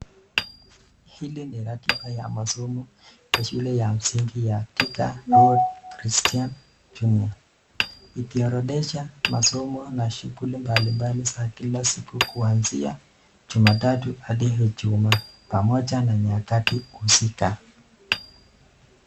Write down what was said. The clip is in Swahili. Hili ni ratiba ya masomo ya shule ya msingi ya Thika Road Christian Junior ,ikiorodhesha masomo na shughuli mbalimbali za kila siku kuanzia jumatatu hadi ijumaa pamoja na nyakati husika.